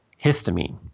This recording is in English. histamine